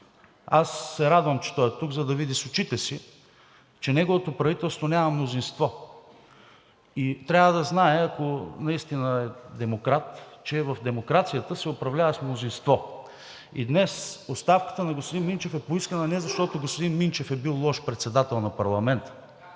Аз се радвам, че той е тук, за да види с очите си, че неговото правителство няма мнозинство, и трябва да знае, ако наистина е демократ, че в демокрацията се управлява с мнозинство. И днес оставката на господин Минчев е поискана не защото господин Минчев е бил лош председател на парламента,